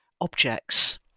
objects